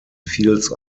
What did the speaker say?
fields